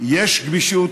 שיש גמישות